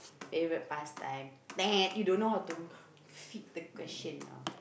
favourite pastime you don't know how to fit the question ah